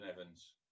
Evans